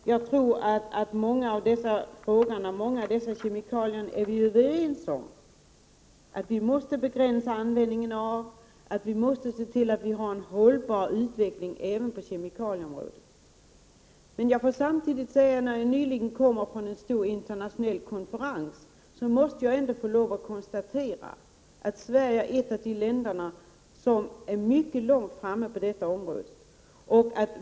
Jag tror att vi är överens om att vi måste begränsa användningen av många av dessa kemikalier och se till att vi får en hållbar utveckling även på kemikalieområdet. Efter att nyss ha bevistat en stor internationell konferans måste jag ändå konstatera att Sverige är ett av de länder som är mycket långt framme när det gäller detta område.